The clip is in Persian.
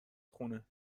خونه